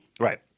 Right